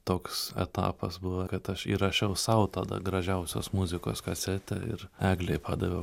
toks etapas buvo kad aš įrašiau sau tada gražiausios muzikos kasetę ir eglei padaviau